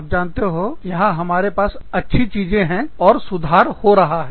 आप जानते हो यहां हमारे पास अच्छी चीजें हैं और सुधार हो रहा है